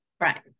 Right